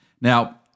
Now